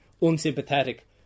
unsympathetic